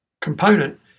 component